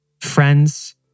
friends